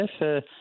yes